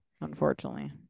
Unfortunately